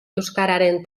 euskararen